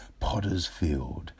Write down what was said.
Pottersfield